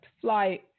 flight